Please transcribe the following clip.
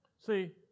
See